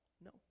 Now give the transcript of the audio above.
No